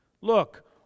Look